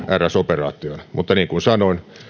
rs operaatioon mutta niin kuin sanoin